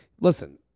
listen